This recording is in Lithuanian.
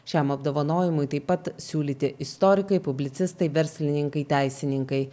šiam apdovanojimui taip pat siūlyti istorikai publicistai verslininkai teisininkai